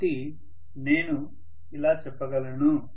కాబట్టి నేను ఇలా చెప్పగలను